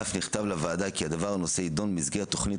ואף נכתב לוועדה כי הנושא יידון במסגרת תוכנית